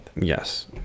Yes